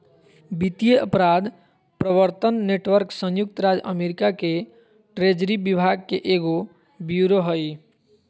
वित्तीय अपराध प्रवर्तन नेटवर्क संयुक्त राज्य अमेरिका के ट्रेजरी विभाग के एगो ब्यूरो हइ